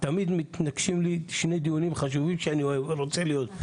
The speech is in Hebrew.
תמיד מתנגשים לי שני דיונים חשובים שאני רוצה להיות.